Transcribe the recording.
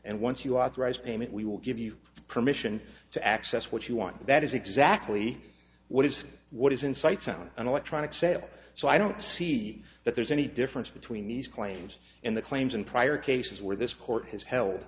and once you authorized payment we will give you permission to access what you want that is exactly what is what is in sight sound and electronic sales so i don't see that there's any difference between these claims in the claims and prior cases where this court h